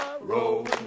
Roll